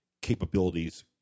capabilities